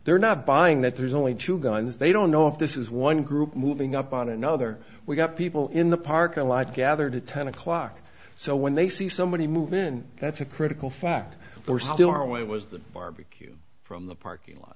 they're not buying that there's only two guns they don't know if this is one group moving up on another we've got people in the parking lot gathered at ten o'clock so when they see somebody move in that's a critical fact for how they are away it was the barbecue from the parking lot